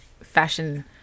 fashion